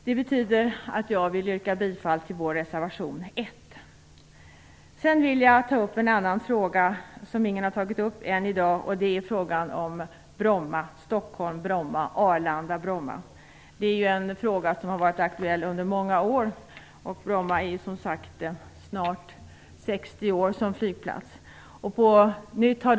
Det betyder att jag vill yrka bifall till vår reservation nr 1. Sedan vill jag ta upp en annan fråga som ingen ännu har tagit upp i dag, och det är frågan om Bromma-Stockholm-Bromma-Arlanda-Bromma. Det är ju en fråga som har varit aktuell under många år. Bromma har ju, som sagt, fungerat som flygplats i snart 60 år.